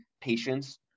patient's